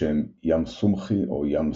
בשם "ים סומכי", או "ים סיבכי".